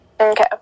Okay